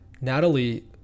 Natalie